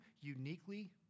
uniquely